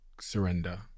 Surrender